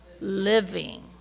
living